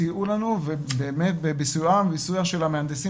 סייעו לנו ובאמת בסיועם ובסיוע המהנדסים